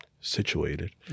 situated